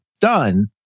done